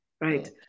right